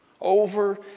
over